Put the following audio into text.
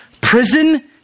prison